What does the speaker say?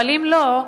אבל אם לא,